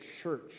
church